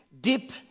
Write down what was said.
deep